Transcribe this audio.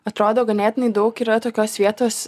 atrodo ganėtinai daug yra tokios vietos